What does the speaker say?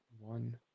One